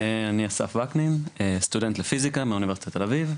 אני אסף ווקנין ואני סטודנט לפיזיקה מאוניברסיטת תל אביב,